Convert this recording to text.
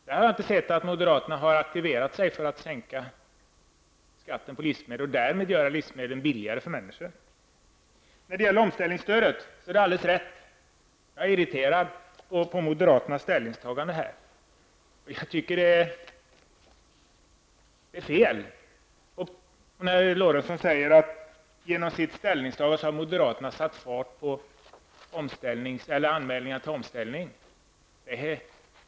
Jag har inte sett att moderaterna har agerat för att sänka skatten på livsmedlen och därmed göra dessa billigare för människorna. När det gäller omställningsstödet är det alldeles riktigt att jag är irriterad över moderaternas ställningstagande. Jag tycker att det är fel när herr Lorentzon säger att moderaterna genom sitt ställningstagande har satt fart på anmälningarna till omställning.